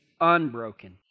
unbroken